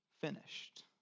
finished